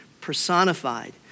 personified